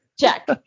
Check